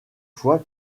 fois